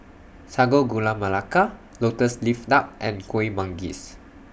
Sago Gula Melaka Lotus Leaf Duck and Kueh Manggis